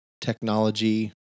technology